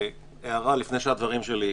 הערה לפני הדברים שלי.